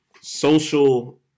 social